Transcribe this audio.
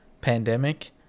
pandemic